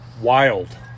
Wild